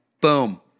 Boom